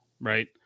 right